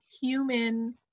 human